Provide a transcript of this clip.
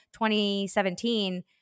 2017